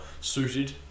suited